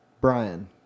Brian